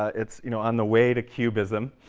it's you know on the way to cubism